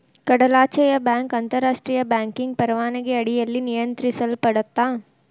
ಕಡಲಾಚೆಯ ಬ್ಯಾಂಕ್ ಅಂತಾರಾಷ್ಟ್ರಿಯ ಬ್ಯಾಂಕಿಂಗ್ ಪರವಾನಗಿ ಅಡಿಯಲ್ಲಿ ನಿಯಂತ್ರಿಸಲ್ಪಡತ್ತಾ